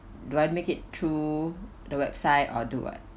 do I make it through the website or do what